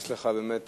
יש לך באמת